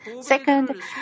Second